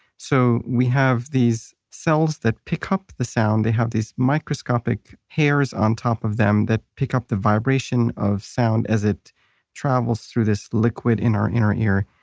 so, we have these cells that pickup the sound, they have these microscopic hairs on top of them that pick up the vibration of sound as it travels through this liquid in our inner ear.